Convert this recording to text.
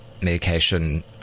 Medication